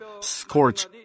scorch